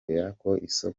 ryagutse